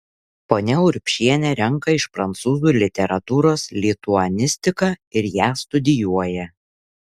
ponia urbšienė renka iš prancūzų literatūros lituanistiką ir ją studijuoja